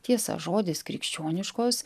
tiesa žodis krikščioniškos